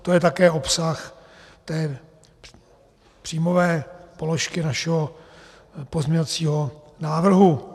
To je také obsah té příjmové položky našeho pozměňovacího návrhu.